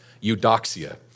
Eudoxia